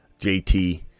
JT